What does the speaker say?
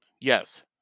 Yes